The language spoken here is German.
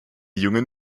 jungen